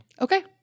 Okay